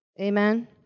Amen